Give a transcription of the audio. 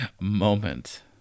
moment